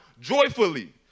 joyfully